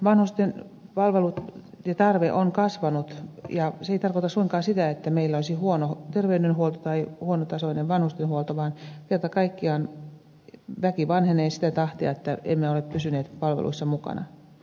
vanhusten palveluiden tarve on kasvanut ja se ei tarkoita suinkaan sitä että meillä olisi huono terveydenhuolto tai huonotasoinen vanhustenhuolto vaan kerta kaikkiaan väki vanhenee sitä tahtia että emme ole pysyneet palveluissa mukana